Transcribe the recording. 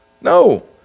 No